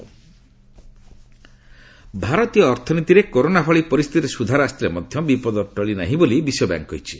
GDP ଭାରତୀୟ ଅର୍ଥନୀତିରେ corona ଭଳି ପରିସ୍ଥିତିରେ ସୁଧାର ଆସିଥିଲେ ମଧ୍ୟ ବିପଦ ଟଳି ନାହିଁ ବୋଲି ବିଶ୍ୱବ୍ୟାଙ୍କ୍ କହିଛି